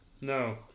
No